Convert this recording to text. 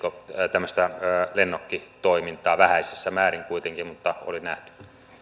tämmöistä lennokkitoimintaa vähäisessä määrin kuitenkin mutta oli nähty